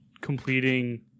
completing